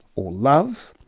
or love,